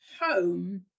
home